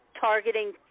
targeting